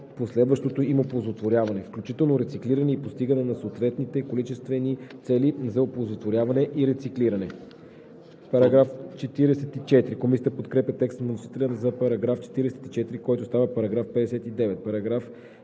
последващото им оползотворяване, включително рециклиране и постигане на съответните количествени цели за оползотворяване и рециклиране.“ Комисията подкрепя текста на вносителя за § 44, който става § 59.